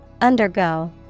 Undergo